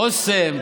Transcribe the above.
חוסן,